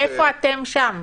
איפה אתם שם?